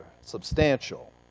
substantial